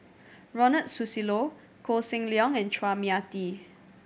Ronald Susilo Koh Seng Leong and Chua Mia Tee